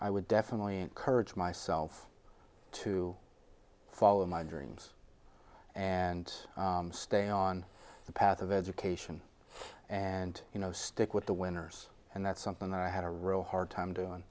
i would definitely courage myself to follow my dreams and stay on the path of education and you know stick with the winners and that's something that i had a real hard time doing